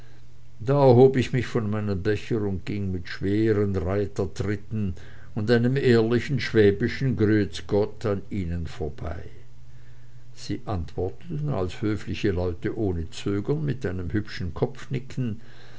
da erhob ich mich von meinem becher und ging mit schweren reitertritten und einem ehrlichen schwäbische grütze gott an ihnen vorbei sie antworteten als höfliche leute ohne zögern mit einem hübschen kopfnicken